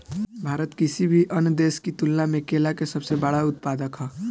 भारत किसी भी अन्य देश की तुलना में केला के सबसे बड़ा उत्पादक ह